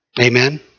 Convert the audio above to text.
Amen